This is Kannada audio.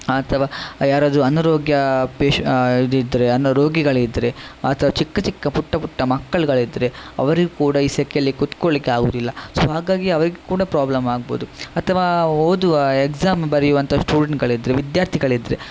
ಅಥವಾ ಯಾರಾದರೂ ಅನಾರೋಗ್ಯ ಪೇಶ ಇದು ಇದ್ದರೆ ಅನ ರೋಗಿಗಳಿದ್ದರೆ ಆ ತ ಚಿಕ್ಕ ಚಿಕ್ಕ ಪುಟ್ಟ ಪುಟ್ಟ ಮಕ್ಕಳ್ಗಳು ಇದ್ದರೆ ಅವರಿಗೆ ಕೂಡ ಈ ಸೆಖೆಲಿ ಕೂತ್ಕೊಳ್ಲಿಕ್ಕೆ ಆಗುವುದಿಲ್ಲ ಸೊ ಹಾಗಾಗಿ ಅವರಿಗೆ ಕೂಡ ಪ್ರಾಬ್ಲಮ್ ಆಗ್ಬೋದು ಅಥವಾ ಓದುವ ಎಕ್ಸಾಮ್ ಬರೆಯುವಂಥ ಸ್ಟೂಡೆಂಟ್ಗಳಿದ್ದರೆ ವಿದ್ಯಾರ್ಥಿಗಳಿದ್ದರೆ